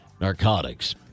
narcotics